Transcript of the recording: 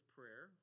Prayer